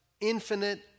infinite